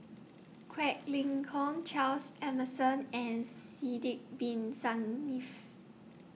Quek Ling Kiong Charles Emmerson and Sidek Bin Saniff